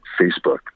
Facebook